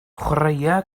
chwaraea